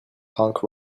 punk